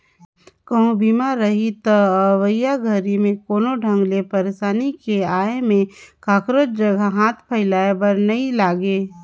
कहूँ बीमा रही त अवइया घरी मे कोनो ढंग ले परसानी के आये में काखरो जघा हाथ फइलाये बर नइ लागे